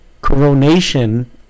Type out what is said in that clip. Coronation